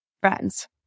friends